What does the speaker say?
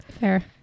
Fair